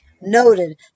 noted